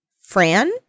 Fran